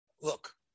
Look